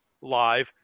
live